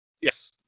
yes